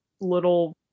little